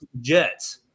Jets